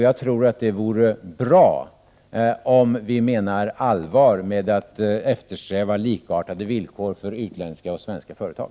Jag tror att det vore bra om vi menade allvar med att eftersträva likartade villkor för utländska och svenska företag.